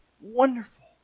wonderful